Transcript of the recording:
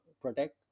protect